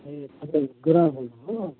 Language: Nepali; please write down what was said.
ए तपाईँ गुरुआमा बोल्नुभएको